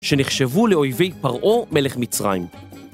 שנחשבו לאויבי פרעה מלך מצרים.